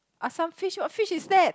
assam fish what fish is that